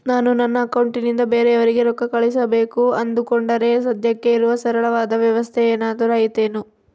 ನಾನು ನನ್ನ ಅಕೌಂಟನಿಂದ ಬೇರೆಯವರಿಗೆ ರೊಕ್ಕ ಕಳುಸಬೇಕು ಅಂದುಕೊಂಡರೆ ಸದ್ಯಕ್ಕೆ ಇರುವ ಸರಳವಾದ ವ್ಯವಸ್ಥೆ ಏನಾದರೂ ಐತೇನು?